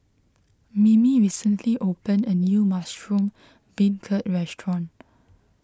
Mimi recently opened a new Mushroom Beancurd restaurant